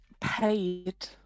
Paid